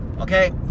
okay